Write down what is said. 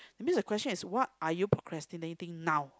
means the question is what are you procrastinating now